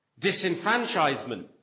disenfranchisement